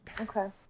okay